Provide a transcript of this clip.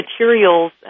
materials